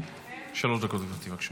שלוש דקות, גברתי, בבקשה.